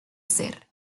ser